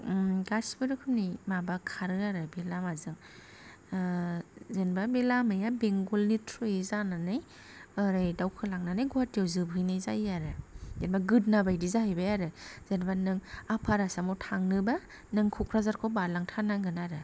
गासिबो रोखोमनि माबा खारो आरो बे लामाजों जेन'बा बे लामाया बेंगलनि थ्रुयै जानानै ओरै दावखोलांनानै गुवाहाटीयाव जोबहैनाय जायो आरो एबा गोदोना बादि जाहैबाय आरो जेन'बा नों आफार आसामाव थांनोबा नों क'क्राझारखौ बारलांथारनांगोन आरो